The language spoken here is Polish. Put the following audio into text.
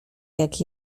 jak